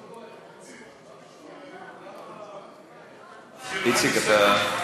איציק, אתה,